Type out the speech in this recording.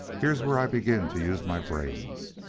here's where i begin to use my brains.